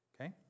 Okay